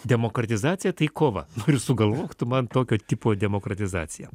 demokratizacija tai kova nu ir sugalvok tu man tokio tipo demokratizaciją